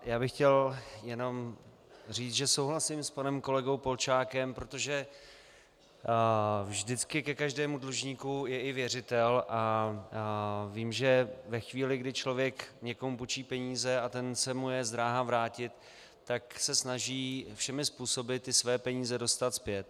Já bych chtěl jenom říci, že souhlasím s panem kolegou Polčákem, protože vždycky ke každému dlužníkovi je i věřitel a vím, že ve chvíli, kdy člověk někomu půjčí peníze a ten se mu je zdráhá vrátit, tak se snaží všemi způsoby své peníze dostat zpět.